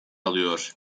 alıyor